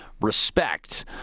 respect